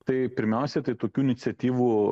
tai pirmiausia tai tokių iniciatyvų